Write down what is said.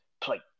Play